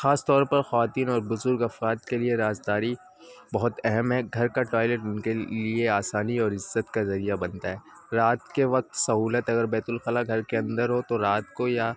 خاص طور پر خواتین اور بزرگ افراد کے لیے رازداری بہت اہم ہے گھر کا ٹوائلیٹ ان کے لیے آسانی اور عزت کا ذریعہ بنتا ہے رات کے وقت سہولت اگر بیت الخلاء گھر کے اندر ہو تو رات کو یا